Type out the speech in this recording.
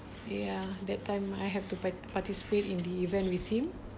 ya that time I have to participate in the event with him